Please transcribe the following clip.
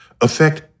affect